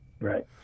Right